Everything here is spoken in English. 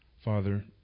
Father